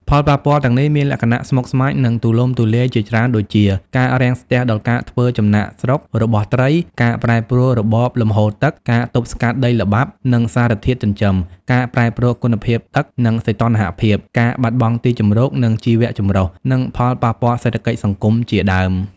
ផលប៉ះពាល់ទាំងនេះមានលក្ខណៈស្មុគស្មាញ និងទូលំទូលាយជាច្រើនដូចជា ការរាំងស្ទះដល់ការធ្វើចំណាកស្រុករបស់ត្រី ការប្រែប្រួលរបបលំហូរទឹក ការទប់ស្កាត់ដីល្បាប់ និងសារធាតុចិញ្ចឹម ការប្រែប្រួលគុណភាពទឹក និងសីតុណ្ហភាព ការបាត់បង់ទីជម្រក និងជីវៈចម្រុះ និងផលប៉ះពាល់សេដ្ឋកិច្ចសង្គមជាដើម។